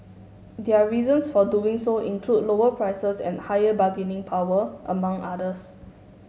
their reasons for doing so include lower prices and higher bargaining power among others